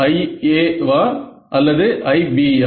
IA யா அல்லது IB யா